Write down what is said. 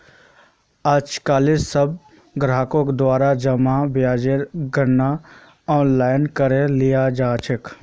आजकालित सब ग्राहकेर द्वारा जमा ब्याजेर गणनार आनलाइन करे लियाल जा छेक